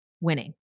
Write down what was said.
Winning